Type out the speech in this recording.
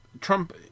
Trump